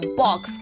box